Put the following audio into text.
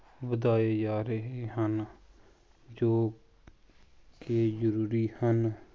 ਵਧਾਏ ਜਾ ਰਹੇ ਹਨ ਜੋ ਕਿ ਜ਼ਰੂਰੀ ਹਨ